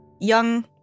young